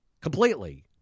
completely